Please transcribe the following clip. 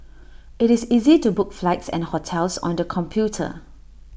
IT is easy to book flights and hotels on the computer